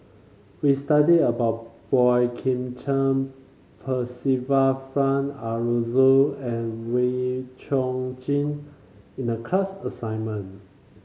we study about Boey Kim Cheng Percival Frank Aroozoo and Wee Chong Jin in the class assignment